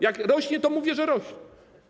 Jak rośnie, to mówię, że rośnie.